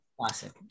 Classic